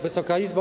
Wysoka Izbo!